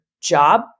job